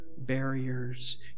barriers